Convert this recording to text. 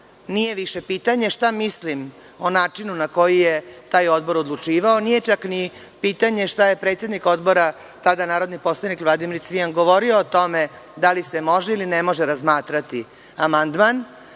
Nije više pitanje šta mislim o načinu na koji je taj odbor odlučivao, nije čak ni pitanje šta je predsednik odbora tada narodni poslanik Vladimir Cvijan govorio o tome, da li se može ili ne može razmatrati amandman.